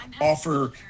offer